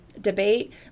debate